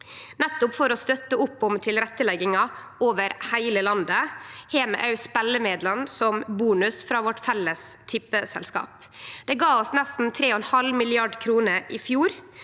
Nettopp for å støtte opp om tilrettelegging over heile landet har vi òg spelemidlane som bonus frå vårt felles tippeselskap. Det gav oss nesten 3,5 mrd. kr i fjor.